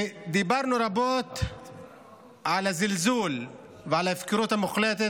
דיברנו רבות על הזלזול ועל ההפקרות המוחלטת